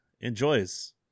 enjoys